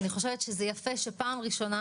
אני חושבת שזה יפה שפעם ראשונה,